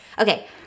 Okay